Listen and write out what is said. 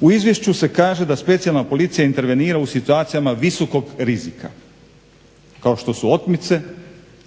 U izvješću se kaže da specijalna policija intervenira u situacijama visokog rizika kao što su otmice,